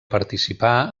participà